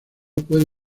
puede